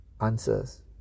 answers